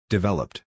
Developed